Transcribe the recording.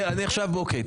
אוקיי.